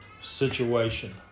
situation